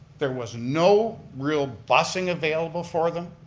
there was no real busing available for them.